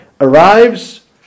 arrives